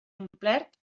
omplert